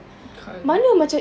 can't